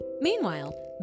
Meanwhile